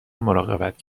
مراقبت